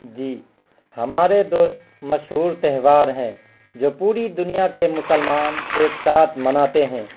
جی ہمارے دوس مشہور تہوار ہیں جو پوری دنیا کے مسلمان ایک ساتھ مناتے ہیں